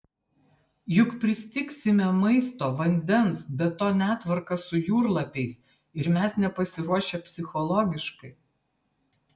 juk pristigsime maisto vandens be to netvarka su jūrlapiais ir mes nepasiruošę psichologiškai